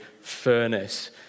furnace